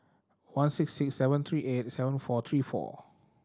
one six six seven three eight seven four three four